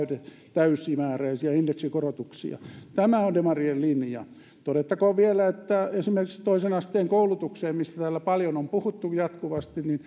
täysimääräisiä indeksikorotuksia tämä on demarien linja todettakoon vielä että esimerkiksi toisen asteen koulutukseen mistä täällä paljon on puhuttu jatkuvasti